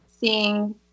seeing